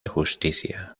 justicia